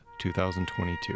2022